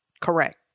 Correct